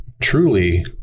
truly